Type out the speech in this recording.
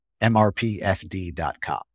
MRPFD.com